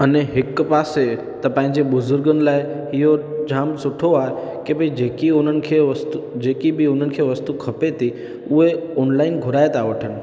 अने हिकु पासे त पंहिंजे बुज़ुर्गनि लाए इहो जाम सुठो आहे की भई जेकी उन्हनि खे वस्तु जेकी बि उन्हनि खे वस्तु खपे थी उहे ऑनलाइन घुराए था वठनि